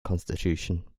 constitution